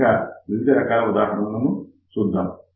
ఇంకా వివిధ రకాల ఉదాహరణలు చూద్దాం